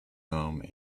home